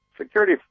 security